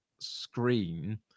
screen